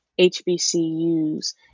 HBCUs